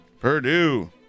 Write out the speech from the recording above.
Purdue